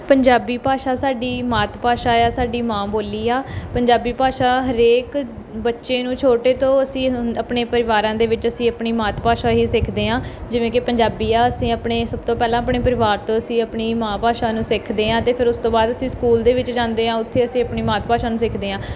ਪੰਜਾਬੀ ਭਾਸ਼ਾ ਸਾਡੀ ਮਾਤ ਭਾਸ਼ਾ ਹੈ ਸਾਡੀ ਮਾਂ ਬੋਲੀ ਆ ਪੰਜਾਬੀ ਭਾਸ਼ਾ ਹਰੇਕ ਬੱਚੇ ਨੂੰ ਛੋਟੇ ਤੋਂ ਅਸੀਂ ਆਪਣੇ ਪਰਿਵਾਰਾਂ ਦੇ ਵਿੱਚ ਅਸੀਂ ਆਪਣੀ ਮਾਤ ਭਾਸ਼ਾ ਹੀ ਸਿੱਖਦੇ ਹਾਂ ਜਿਵੇਂ ਕਿ ਪੰਜਾਬੀ ਆ ਅਸੀਂ ਆਪਣੇ ਸਭ ਤੋਂ ਪਹਿਲਾਂ ਆਪਣੇ ਪਰਿਵਾਰ ਤੋਂ ਅਸੀਂ ਆਪਣੀ ਮਾਂ ਭਾਸ਼ਾ ਨੂੰ ਸਿੱਖਦੇ ਹਾਂ ਅਤੇ ਫਿਰ ਉਸ ਤੋਂ ਬਾਅਦ ਅਸੀਂ ਸਕੂਲ ਦੇ ਵਿੱਚ ਜਾਂਦੇ ਹਾਂ ਉੱਥੇ ਅਸੀਂ ਆਪਣੀ ਮਾਤ ਭਾਸ਼ਾ ਨੂੰ ਸਿੱਖਦੇ ਹਾਂ